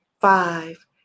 five